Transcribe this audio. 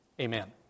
Amen